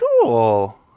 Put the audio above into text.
cool